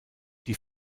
die